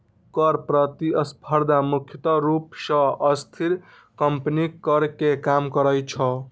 कर प्रतिस्पर्धा मुख्य रूप सं अस्थिर कंपनीक कर कें कम करै छै